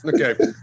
Okay